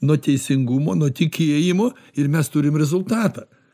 nuo teisingumo nuo tikėjimo ir mes turim rezultatą